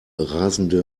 rasende